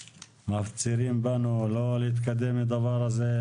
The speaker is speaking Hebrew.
מפצירים בנו לא להתקדם לדבר הזה.